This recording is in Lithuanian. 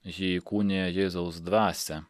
ji įkūnija jėzaus dvasią